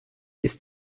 ist